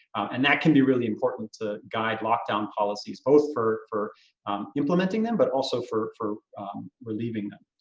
and that can be really important to guide lockdown policies, both for for implementing them, but also for for relieving them.